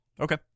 Okay